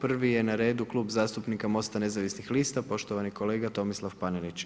Prvi je na redu Klub zastupnika Most-a nezavisnih lista i poštovani kolega Tomislav Panenić.